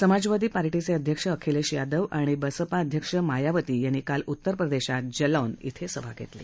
सपा अध्यक्ष अखिलेश यादव आणि बसपा अध्यक्ष मायावती यांनी काल उत्तर प्रदेशात जलौन इथं सभा घेतली